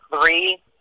three